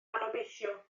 anobeithiol